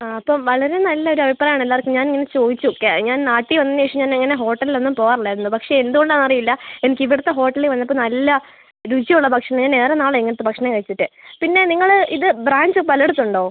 ആ അപ്പം വളരെ നല്ല ഒരു അഭിപ്രായം ആണ് എല്ലാവർക്കും ഞാൻ ഇങ്ങനെ ചോദിച്ചുനോക്കി അത് ഞാൻ നാട്ടിൽ വന്നതിന് ശേഷം ഞാൻ അങ്ങനെ ഹോട്ടലിലൊന്നും പോവാറില്ലായിരുന്നു പക്ഷെ എന്തുകൊണ്ടാണ് എന്നറിയില്ല എനിക്ക് ഇവിടുത്തെ ഹോട്ടലിൽ വന്നപ്പോൾ നല്ല രുചിയുള്ള ഭക്ഷണം ഏറെ നാളായി ഇങ്ങനെത്തെ ഭക്ഷണം കഴിച്ചിട്ട് പിന്നെ നിങ്ങൾ ഇത് ബ്രാഞ്ച് പലയിടത്തും ഉണ്ടോ